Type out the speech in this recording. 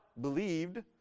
believed